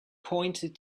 pointed